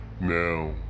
Now